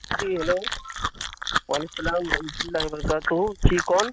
جی hello وعلیکم السلام و رحمۃ اللہ و برکاتہ جی کون